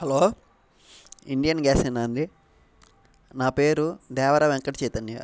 hello Indian గ్యాసేనా అండి నా పేరు దేవర వెంకట చైతన్య